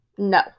No